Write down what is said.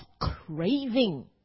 craving